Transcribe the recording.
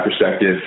perspective